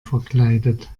verkleidet